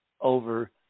over